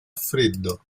freddo